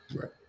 Right